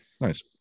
Nice